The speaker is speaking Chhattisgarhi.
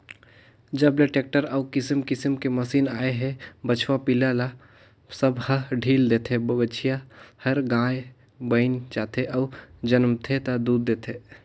जब ले टेक्टर अउ किसम किसम के मसीन आए हे बछवा पिला ल सब ह ढ़ील देथे, बछिया हर गाय बयन जाथे अउ जनमथे ता दूद देथे